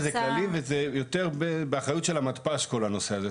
כללי וזה יותר באחריות של המתפ"ש כל הנושא הזה,